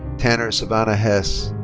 tanner savannah hess.